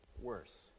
worse